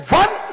one